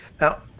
Now